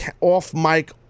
off-mic